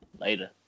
Later